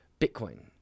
bitcoin